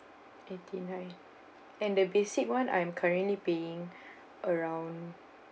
eighty nine and the basic one I am currently paying around